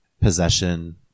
possession